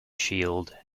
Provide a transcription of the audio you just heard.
shield